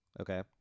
Okay